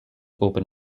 open